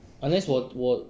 unless 我我